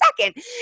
second